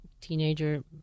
teenager